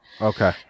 okay